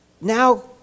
now